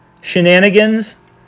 Shenanigans